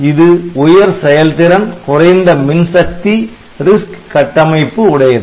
இது உயர் செயல் திறன் குறைந்த மின் சக்தி RISC கட்டமைப்பு உடையது